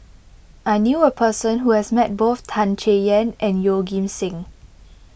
I knew a person who has met both Tan Chay Yan and Yeoh Ghim Seng